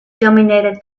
dominated